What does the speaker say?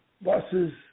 buses